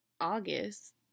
August